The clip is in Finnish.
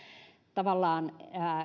tavallaan